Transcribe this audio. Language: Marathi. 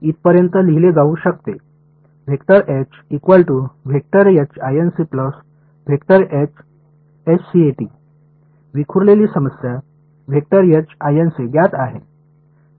म्हणून येथे इथपर्यंत लिहिले जाऊ शकते विखुरलेली समस्या ज्ञात आहे